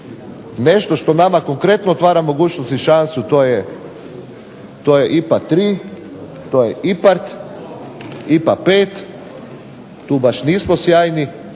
Nešto što nama konkretno otvara mogućnost i šansu to je IPA tri, to je IPARD, IPA pet. Tu baš nismo sjajni